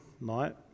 night